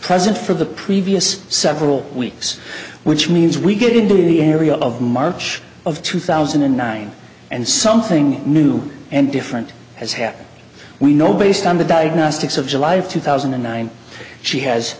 present for the previous several weeks which means we get into the area of march of two thousand and nine and something new and different has happened we know based on the diagnostics of july of two thousand and nine she has